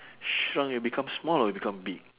shrunk you become small or you become big